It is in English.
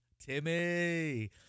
Timmy